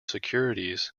securities